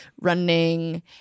running